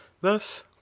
Thus